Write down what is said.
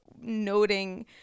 noting